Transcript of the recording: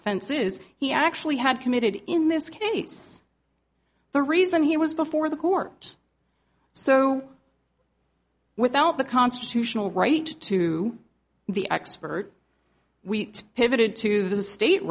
offense is he actually had committed in this case the reason he was before the court so without the constitutional right to the expert wheat pivoted to the state